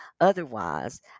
Otherwise